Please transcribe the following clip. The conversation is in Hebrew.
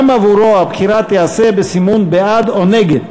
גם עבורו הבחירה תיעשה בסימון בעד או נגד,